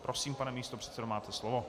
Prosím, pane místopředsedo, máte slovo.